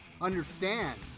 understand